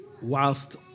whilst